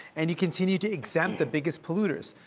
and you continue to exempt the biggest polluters.